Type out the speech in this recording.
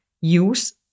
use